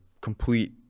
complete